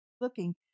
looking